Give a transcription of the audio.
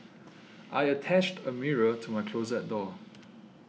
I attached a mirror to my closet door